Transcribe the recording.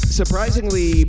surprisingly